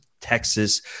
Texas